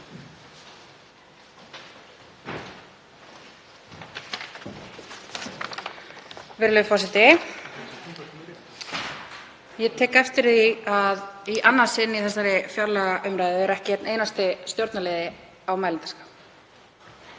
Virðulegur forseti. Ég tek eftir því að í annað sinn í þessari fjárlagaumræðu er ekki einn einasti stjórnarliði á mælendaskrá.